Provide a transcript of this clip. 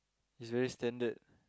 is very standard